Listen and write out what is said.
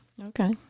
Okay